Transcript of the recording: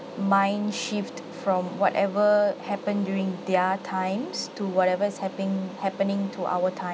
mind shift from whatever happen during their times to whatever is happening happening to our times